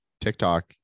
TikTok